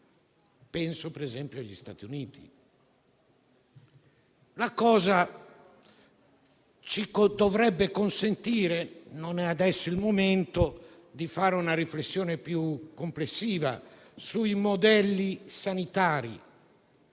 (penso ad esempio agli Stati Uniti). La cosa ci dovrebbe consentire - non è adesso il momento - di fare una riflessione più complessiva sui modelli sanitari